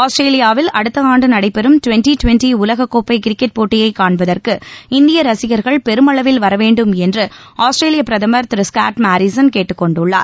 ஆஸ்திரேலியாவில் அடுத்த ஆண்டு நடைபெறும் டுவெண்ட்டி டுவெண்ட்டி உலக கோப்பை கிரிக்கெட் போட்டியை காண்பதற்கு இந்திய ரசிகர்கள் பெருமளவில் வர வேண்டும் என்று ஆஸ்திரேலிய பிரதமர் திரு ஸ்காட் மாரிசன் கேட்டுக்கொண்டுள்ளார்